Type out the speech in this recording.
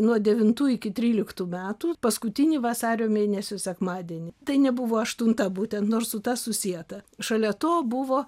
nuo devintų iki tryliktų metų paskutinį vasario mėnesio sekmadienį tai nebuvo aštunta būtent nors su ta susieta šalia to buvo